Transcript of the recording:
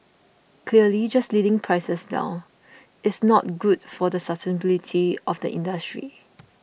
clearly just leading prices down it's not good for the sustainability of the industry